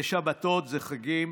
זה שבתות, זה חגים.